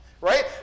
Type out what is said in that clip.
right